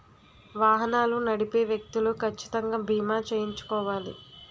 వాహనాలు నడిపే వ్యక్తులు కచ్చితంగా బీమా చేయించుకోవాలి